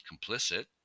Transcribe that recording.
complicit